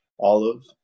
olive